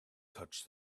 touched